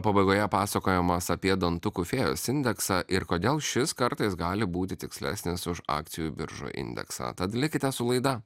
pabaigoje pasakojimas apie dantukų fėjos indeksą ir kodėl šis kartais gali būti tikslesnis už akcijų biržų indeksą tad likite su laida